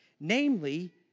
Namely